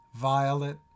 Violet